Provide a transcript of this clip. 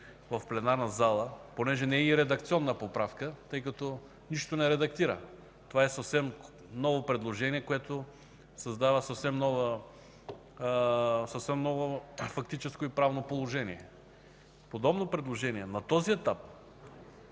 в пленарната зала, понеже не е и редакционна поправка, тъй като нищо не редактира – това е ново предложение, което създава съвсем ново фактическо и правно положение, подобно предложение на този етап